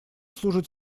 служит